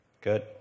Good